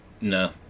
No